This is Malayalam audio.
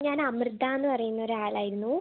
ഞാൻ അമൃതാ എന്ന് പറയുന്ന ഒരു ആളായിരുന്നു